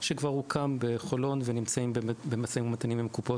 שכבר הוקם בחולון ונמצא במשאים ומתנים עם הקופות,